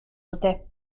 dute